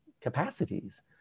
capacities